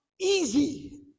easy